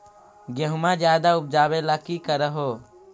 गेहुमा ज्यादा उपजाबे ला की कर हो?